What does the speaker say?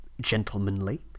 gentlemanly